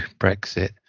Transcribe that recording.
Brexit